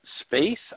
space